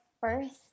first